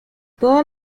todas